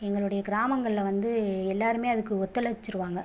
எங்களுடைய கிராமங்களில் வந்து எல்லோருமே அதுக்கு ஒத்தொழச்சிருவாங்க